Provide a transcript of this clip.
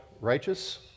righteous